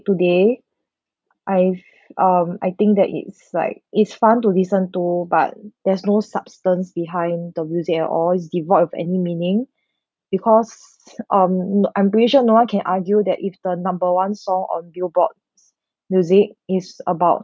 today I've um I think that it's like it's fun to listen to but there's no substance behind the music at all it's devoid of any meaning because um no I'm pretty sure no one can argue that if the number one song on billboard music is about